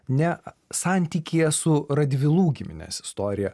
ne santykyje su radvilų giminės istorija